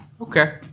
Okay